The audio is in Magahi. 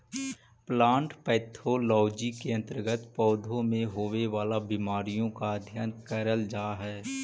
प्लांट पैथोलॉजी के अंतर्गत पौधों में होवे वाला बीमारियों का अध्ययन करल जा हई